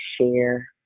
share